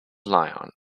lyon